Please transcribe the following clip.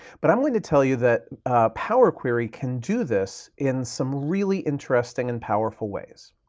but i'm willing to tell you that power query can do this in some really interesting and powerful ways.